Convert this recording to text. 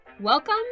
Welcome